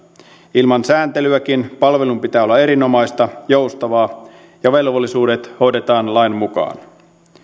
ilman sääntelyäkin palvelun pitää olla erinomaista joustavaa ja velvollisuudet hoidetaan lain mukaan